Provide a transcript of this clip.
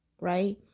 right